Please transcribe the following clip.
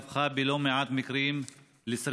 הופכת בלא מעט מקרים לשרפות,